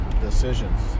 decisions